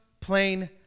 plain